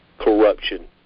Corruption